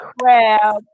crab